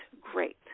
great